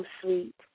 sweet